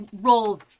roles